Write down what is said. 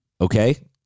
okay